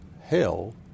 hell